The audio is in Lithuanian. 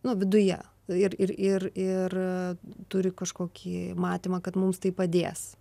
nu viduje ir ir ir ir turi kažkokį matymą kad mums tai padės